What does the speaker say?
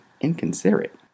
inconsiderate